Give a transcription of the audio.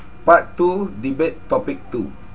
part two debate topic two